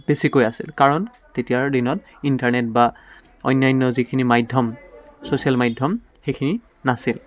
বেছিকৈ আছিল কাৰণ তেতিয়াৰ দিনত ইণ্টাৰনেট বা অন্যান্য যিখিনি মাধ্যম ছ'চিয়েল মাধ্যম সেইখিনি নাছিল